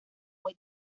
muy